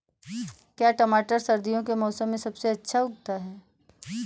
क्या टमाटर सर्दियों के मौसम में सबसे अच्छा उगता है?